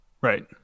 right